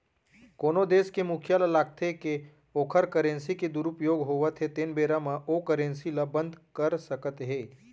कोनो देस के मुखिया ल लागथे के ओखर करेंसी के दुरूपयोग होवत हे तेन बेरा म ओ करेंसी ल बंद कर सकत हे